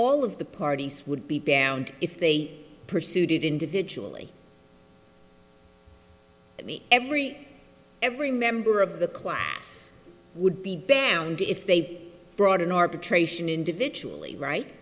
all of the parties would be banned if they pursued it individually i mean every every member of the class would be banned if they brought in arbitration individually right